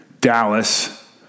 Dallas